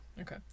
Okay